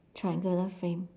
triangular frame